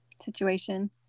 situation